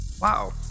Wow